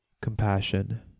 Compassion